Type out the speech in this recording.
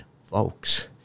folks